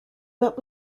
but